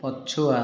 ପଛୁଆ